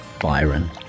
Byron